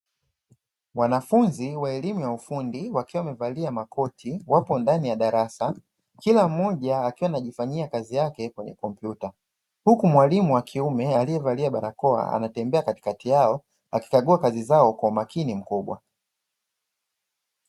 Wanafunzi wa elimu ya ufundi wakiwa wamevalia makoti, wapo ndani ya darasa. Kila mmoja akiwa anajifanyia kazi yake kwenye kompyuta, huku mwalimu wa kiume aliyevalia barakoa anatembea katika yao akikagua kazi zao kwa umakini mkubwa.